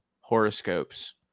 horoscopes